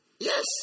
Yes